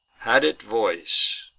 had it voice,